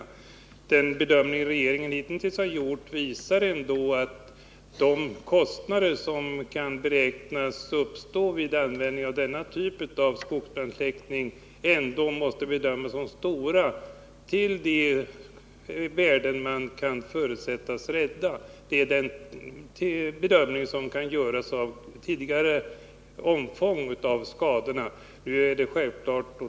Men den bedömning regeringen hittills har gjort visar att de kostnader som kan beräknas uppstå vid användningen av denna typ av skogsbrandsläckning är stora i förhållande till de värden som — med hänsyn till tidigare omfång av skador — man kan förutsättas rädda.